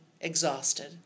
exhausted